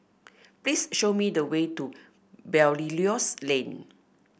please show me the way to Belilios Lane